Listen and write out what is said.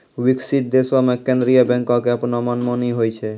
विकसित देशो मे केन्द्रीय बैंको के अपनो मनमानी होय छै